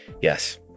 yes